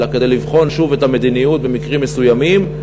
אלא כדי לבחון שוב את המדיניות במקרים מסוימים,